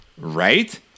Right